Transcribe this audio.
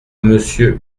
monsieur